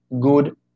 good